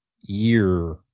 year